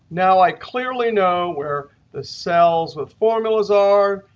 now, i clearly know where the cells with formulas are,